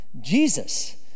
Jesus